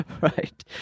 Right